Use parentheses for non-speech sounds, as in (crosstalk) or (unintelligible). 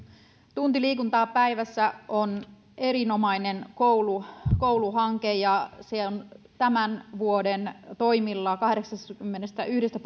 tunti liikuntaa päivässä on erinomainen kouluhanke kouluhanke ja se on tämän vuoden toimilla noussut kahdeksastakymmenestäyhdestä (unintelligible)